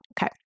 Okay